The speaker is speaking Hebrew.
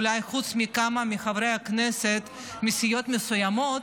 אולי חוץ מכמה חברי כנסת מסיעות מסוימות,